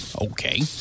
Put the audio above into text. okay